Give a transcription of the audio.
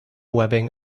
webbing